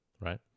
Right